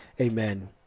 Amen